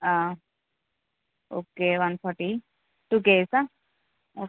okay one forty two కేజీసా